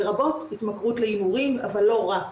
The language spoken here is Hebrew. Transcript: לרבות התמכרות להימורים אבל לא רק.